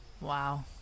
Wow